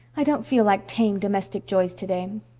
i don't feel like tame domestic joys today.